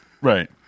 right